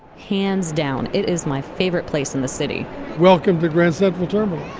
hands down. it is my favorite place in the city welcome to the grand central terminal